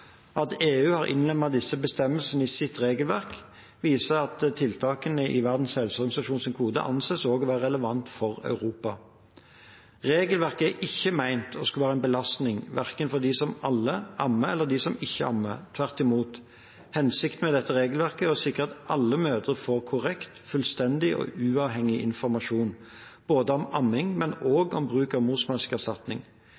At EU har innlemmet disse bestemmelsene i sitt regelverk, viser at tiltakene i WHO-koden anses å være relevante også for Europa. Regelverket er ikke ment å skulle være en belastning, verken for dem som ammer, eller for dem som ikke ammer, tvert imot. Hensikten med dette regelverket er å sikre at alle mødre får korrekt, fullstendig og uavhengig informasjon, både om amming